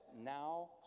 now